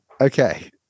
Okay